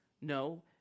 No